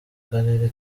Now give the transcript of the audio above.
karere